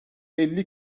elli